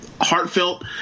heartfelt